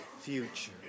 future